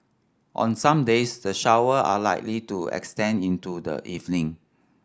on some days the shower are likely to extend into the evening